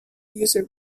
user